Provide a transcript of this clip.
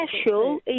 special